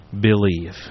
Believe